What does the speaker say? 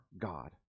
god